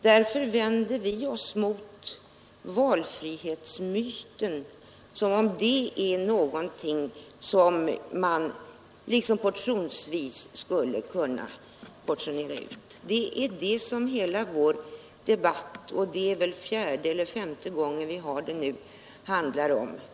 Därför vänder vi oss emot valfrihetsmyten, mot föreställningen att valfrihet skulle vara någonting som man skulle kunna portionera ut. Det är det som hela vår debatt handlar om, och det är väl fjärde eller femte gången vi för den nu.